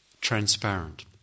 transparent